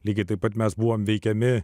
lygiai taip pat mes buvome veikiami